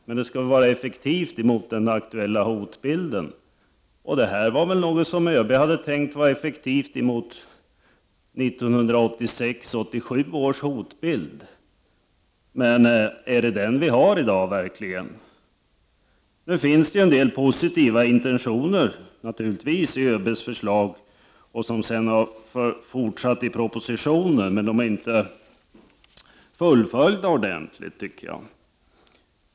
Men det skall väl vara effektivt mot den aktuella hotbilden. Det här är väl något som ÖB hade tänkt skulle vara effektivt mot 1986/87 års hotbild. Men är det verkligen den vi har i dag? Nu finns det i ÖB:s förslag en del positiva intentioner, som sedan har tagits upp i propositionen. Men de är inte fullföljda ordentligt, tycker jag.